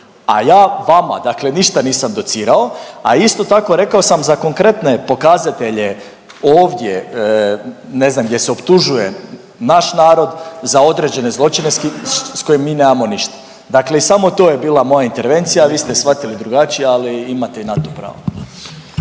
A ja vama dakle ništa nisam docirao, a isto tako rekao sam za konkretne pokazatelje ovdje ne znam gdje se optužuje naš narod za određene zločine s kojim mi nemamo ništa, dakle i samo to je bila moja intervencija, a vi ste svatili drugačije, ali imate i na to pravo.